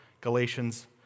Galatians